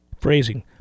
Phrasing